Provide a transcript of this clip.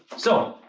so,